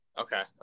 Okay